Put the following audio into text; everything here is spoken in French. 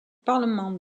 parlement